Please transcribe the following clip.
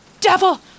Devil